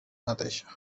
mateixa